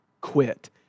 quit